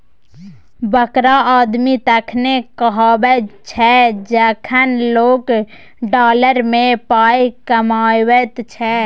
बड़का आदमी तखने कहाबै छै जखन लोक डॉलर मे पाय कमाबैत छै